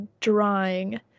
drawing